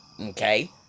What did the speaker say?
okay